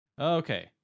okay